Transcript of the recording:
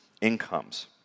incomes